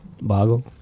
Boggle